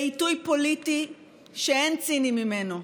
בעיתוי פוליטי שאין ציני ממנו,